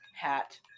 hat